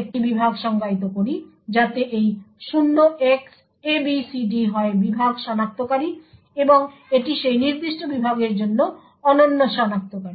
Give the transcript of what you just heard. একটি বিভাগ সংজ্ঞায়িত করি যাতে এই 0Xabcd হয় বিভাগ শনাক্তকারী বা এটি সেই নির্দিষ্ট বিভাগের জন্য অনন্য শনাক্তকারী